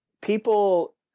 people –